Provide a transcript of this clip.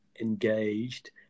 engaged